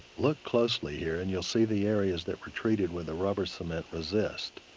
look closely here and you'll see the areas that protruded where the rubber cement resist.